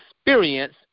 Experience